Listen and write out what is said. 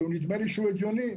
שנדמה לי שהוא הגיוני.